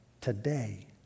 today